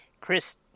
Chris